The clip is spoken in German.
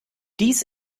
dies